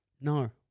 No